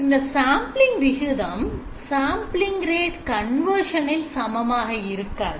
இந்த Sampling விகிதம் sampling rate conversion இல் சமமாக இருக்காது